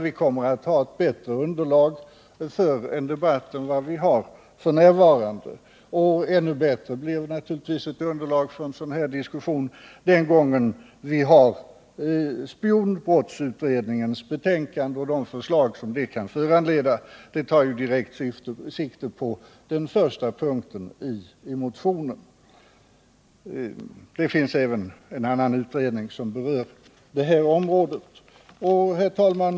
Vi kommer att ha ett bättre underlag för en debatt än vi har f. n., och ännu bättre underlag för en sådan här diskussion blir det den gång då vi har spionbrottsutredningens betänkande och de förslag som detta kan föranleda. Det tar ju direkt sikte på den första punkten i motionen. Det finns även en annan utredning som berör detia område. Herr talman!